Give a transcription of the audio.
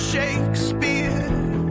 Shakespeare